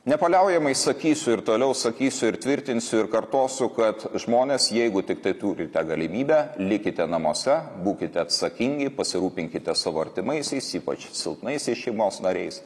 nepaliaujamai sakysiu ir toliau sakysiu ir tvirtinsiu ir kartosiu kad žmonės jeigu tiktai turite galimybę likite namuose būkite atsakingi pasirūpinkite savo artimaisiais ypač silpnaisiais šeimos nariais